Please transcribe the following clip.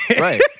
Right